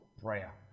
prayer